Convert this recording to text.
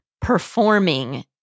performing